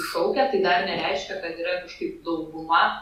šaukia tai dar nereiškia kad yra kažkaip dauguma